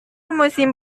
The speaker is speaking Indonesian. musim